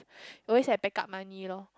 always have back up money lor